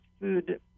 food